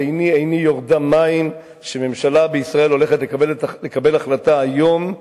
על עיני עיני יורדה מים שממשלה בישראל הולכת לקבל החלטה היום,